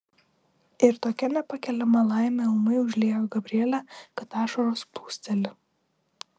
ir tokia nepakeliama laimė ūmai užlieja gabrielę kad ašaros plūsteli